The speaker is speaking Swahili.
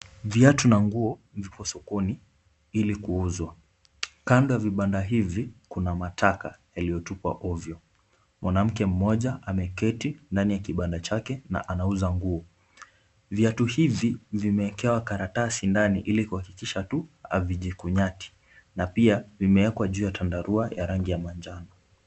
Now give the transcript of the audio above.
Viatu na nguo viko sokoni ili kuuzwa. Kando ya vibanda hivi kuna mataka yaliyotupwa ovyo. Mwanamke mmoja ameketi ndani ya kibanda chake na anauza nguo. Viatu hivi vimekewa karatasi ndani ili kuhakikisha tu havijikunyati na pia vimenyakwa juu ya tandarua ya rangi ya manjano.